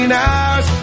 hours